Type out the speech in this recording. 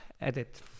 edit